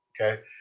Okay